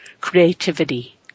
creativity